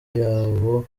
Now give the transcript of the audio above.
yabo